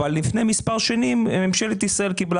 אבל לפני מספר שנים ממשלת ישראל קיבלה